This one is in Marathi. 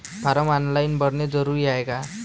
फारम ऑनलाईन भरने जरुरीचे हाय का?